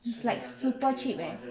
it's like super cheap leh